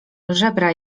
żebra